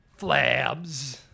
flabs